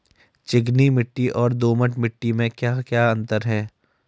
चिकनी मिट्टी और दोमट मिट्टी में क्या क्या अंतर है?